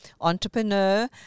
entrepreneur